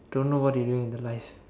don't know what they doing with the life